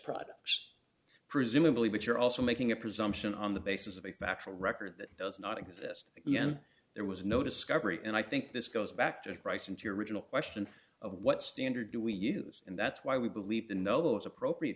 products presumably but you're also making a presumption on the basis of a factual record that does not exist again there was no discovery and i think this goes back to pricing to your original question of what standard do we use and that's why we believe the no is appropriate